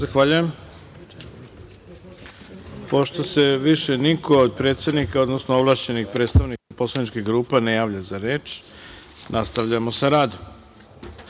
Zahvaljujem. Pošto se više niko od predsednika, odnosno ovlašćenih predstavnika poslaničkih grupa ne javlja za reč, nastavljamo sa